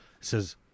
says